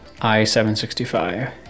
i-765